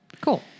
Cool